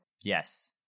Yes